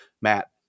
Matt